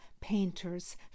painters